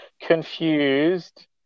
confused